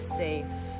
safe